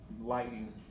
lightning